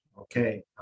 Okay